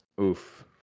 oof